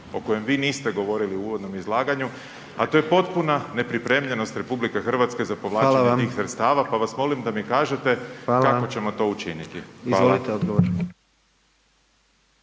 o kojem vi niste govorili u uvodnom izlaganju, a to je potpuna nepripremljenost RH za povlačenje tih sredstava …/Upadica: Hvala vam./… pa vas molim da mi kažete kako ćemo to učiniti.